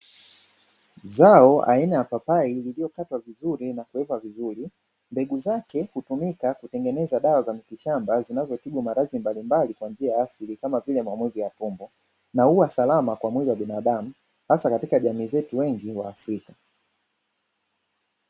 Zao aina ya papai lililokatwa vizuri na kuwekwa vizuri. Mbegu zake hutumika kutengeneza dawa za miti shamba, zinazotibu maradhi mbalimbali kwa njia ya asili kama vile; maumivu ya tumbo na huwa salama kwa mwilii wa binadamu hasa katika jamii zetu wengi wa Afrika.